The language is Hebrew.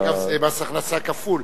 אגב, זה מס הכנסה כפול.